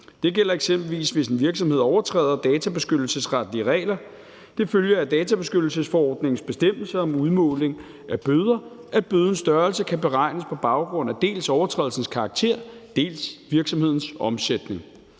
Det gælder eksempelvis, hvis en virksomhed overtræder databeskyttelsesretlige regler. Det følger af databeskyttelsesforordningens bestemmelser om udmåling af bøder, at bødens størrelse kan beregnes på baggrund af dels overtrædelsens karakter, dels virksomhedens omsætning.